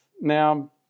Now